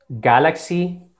Galaxy